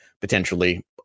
potentially